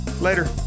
Later